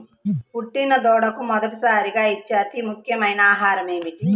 పుట్టిన దూడకు మొట్టమొదటిసారిగా ఇచ్చే అతి ముఖ్యమైన ఆహారము ఏంటి?